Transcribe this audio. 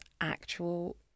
actual